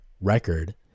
record